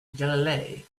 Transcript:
galilei